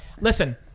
Listen